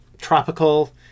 tropical